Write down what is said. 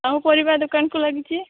ସାହୁ ପରିବା ଦୋକାନକୁ ଲାଗିଛି